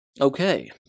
Okay